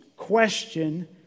question